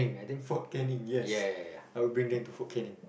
Fort Canning yes I'll bring them to Fort Canning